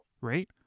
right